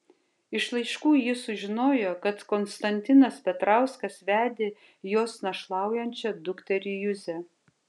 iš laiškų ji sužinojo kad konstantinas petrauskas vedė jos našlaujančią dukterį juzę